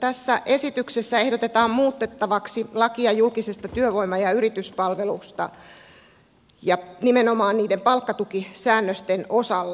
tässä esityksessä ehdotetaan muutettavaksi lakia julkisesta työvoima ja yrityspalvelusta ja nimenomaan niiden palkkatukisäännösten osalla